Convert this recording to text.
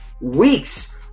weeks